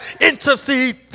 Intercede